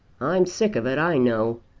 i'm sick of it, i know.